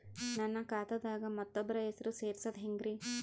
ನನ್ನ ಖಾತಾ ದಾಗ ಮತ್ತೋಬ್ರ ಹೆಸರು ಸೆರಸದು ಹೆಂಗ್ರಿ?